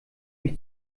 mich